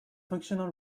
functional